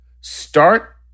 start